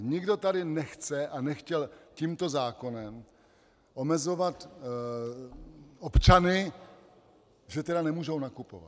Nikdo tady nechce a nechtěl tímto zákonem omezovat občany, že teda nemůžou nakupovat.